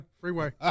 Freeway